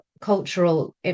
cultural